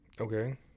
Okay